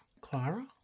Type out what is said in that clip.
Clara